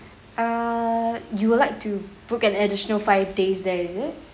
err you would like to book an additional five days there is it